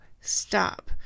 stop